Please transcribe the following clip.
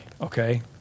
okay